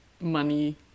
money